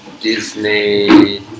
Disney